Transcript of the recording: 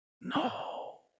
No